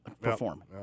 perform